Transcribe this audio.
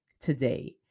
today